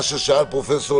אפשר מילה לפני ד"ר פרייס?